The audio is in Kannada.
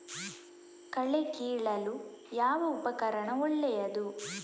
ಕಳೆ ಕೀಳಲು ಯಾವ ಉಪಕರಣ ಒಳ್ಳೆಯದು?